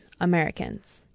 Americans